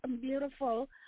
beautiful